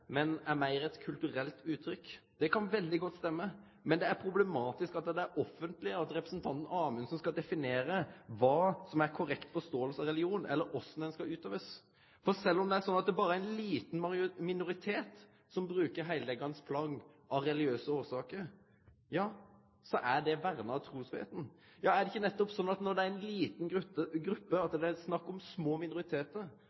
men meir er eit kulturelt uttrykk. Det kan veldig godt stemme, men det er problematisk at det offentlege – og representanten Amundsen – skal definere kva som er ei korrekt forståing av religion, og korleis han skal utøvast. For sjølv om det berre er ein liten minoritet som bruker heildekkjande plagg av religiøse årsaker, er det verna av trusfridomen. Er det ikkje nettopp slik at når det er snakk om ei lita gruppe,